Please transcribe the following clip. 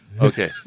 Okay